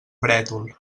brètol